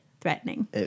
threatening